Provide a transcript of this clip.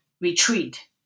retreat